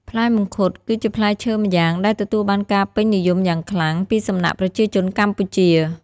ផ្លែមង្ឃុតគឺជាផ្លែឈើម្យ៉ាង ដែលទទួលបានការពេញនិយមយ៉ាងខ្លាំងពីសំណាក់ប្រជាជនកម្ពុជា។